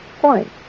point